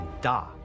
Da